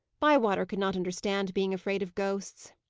bywater could not understand being afraid of ghosts.